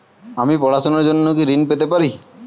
আমি পড়াশুনার জন্য কি ঋন পেতে পারি?